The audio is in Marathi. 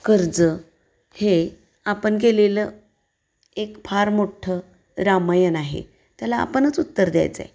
कर्ज हे आपण केलेलं एक फार मोठं रामायण आहे त्याला आपणच उत्तर द्यायचं आहे